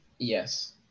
Yes